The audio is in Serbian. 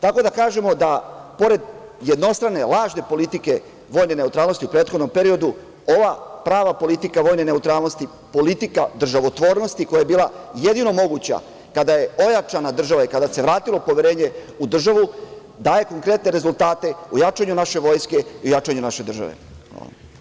Tako da kažemo da pored jednostrane, lažne politike vojne neutralnosti u prethodnom periodu, ova prava politika vojne neutralnosti, politika državotvornosti koja je bila jedino moguća kada je ojačana država i kada se vratilo poverenje u državu, daje konkretne rezultate u jačanju naše Vojske i u jačanju naše države.